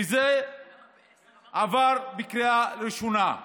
וזה עבר בקריאה ראשונה.